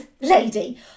lady